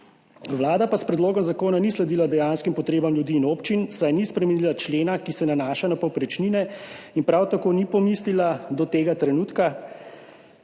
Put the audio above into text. Vlada pa s predlogom zakona ni sledila dejanskim potrebam ljudi in občin, saj ni spremenila člena, ki se nanaša na povprečnine, in prav tako ni pomislila do tega trenutka